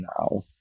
now